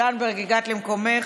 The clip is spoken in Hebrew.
זנדברג, הגעת למקומך.